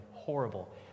horrible